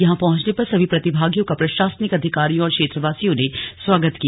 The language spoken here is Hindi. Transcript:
यहां पहुंचने पर सभी प्रतिभागियों का प्रशासनिक अधिकारियों और क्षेत्रवासियों ने स्वागत किया